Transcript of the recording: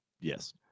Yes